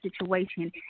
situation